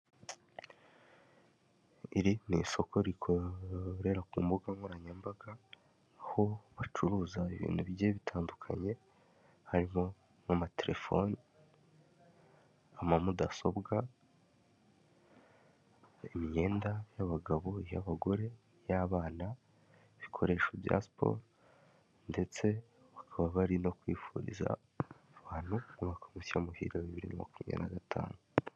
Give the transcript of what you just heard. Iri ni isoko rikorera ku mbuga nkoranyambaga, aho bacuruza ibintu bigiye bitandukanye harimo mo amatelefoni, ama mudasobwa, imyenda y'abagabo, iy'abagore, iy'abana, ibikoresho bya siporo ndetse bakaba bari no kwifuriza abantu abantu umwaka mushya muhira wa bibiri makumyabiri na gatanu.